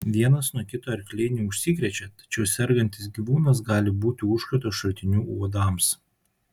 vienas nuo kito arkliai neužsikrečia tačiau sergantis gyvūnas gali būti užkrato šaltiniu uodams